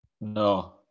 No